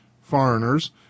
foreigners